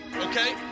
okay